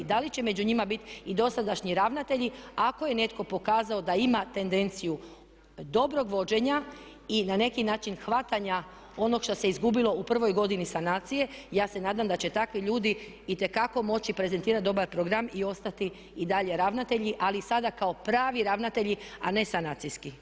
Da li će među njima biti i dosadašnji ravnatelji ako je netko pokazao da ima tendenciju dobrog vođenja i na neki način hvatanja onog što se izgubilo u prvoj godini sanacije ja se nadam da će takvi ljudi itekako moći prezentirati dobar program i ostati i dalje ravnatelji, ali sada kao pravi ravnatelji a ne sanacijski.